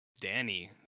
Danny